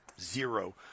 zero